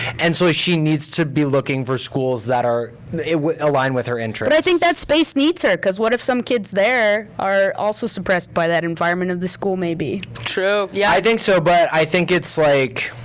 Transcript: and so she needs to be looking for schools that are aligned with her and interests. but i think that space needs her cause what if some kids there are also suppressed by that environment of the school maybe? true. yeah i think so, but i think it's like.